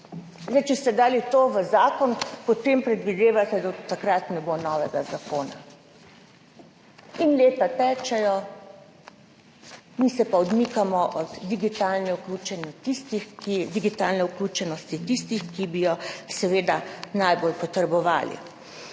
2024. Če ste dali to v zakon, potem predvidevate, da do takrat ne bo novega zakona. In leta tečejo, mi se pa odmikamo od digitalne vključenosti tistih, ki bi jo seveda najbolj potrebovali.